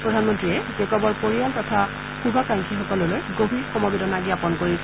প্ৰধানমন্ত্ৰীয়ে জেকবৰ পৰিয়াল তথা শুভাকাংক্ষীসকললৈ গভীৰ সমবেদনা জ্ঞাপন কৰিছে